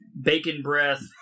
bacon-breath